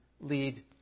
lead